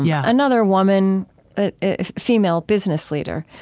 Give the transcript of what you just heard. yeah another woman female business leader.